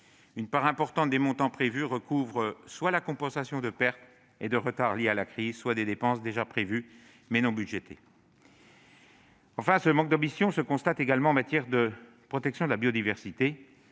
une part importante des montants prévus recouvre soit la compensation de pertes et de retards liés à la crise, soit des dépenses déjà prévues, mais non budgétées. Enfin, ce manque d'ambition se constate également en matière de protection de la biodiversité.